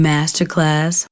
Masterclass